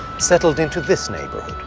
settled into this neighborhood.